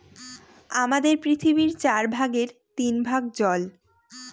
আমাদের পৃথিবীর চার ভাগের তিন ভাগ জল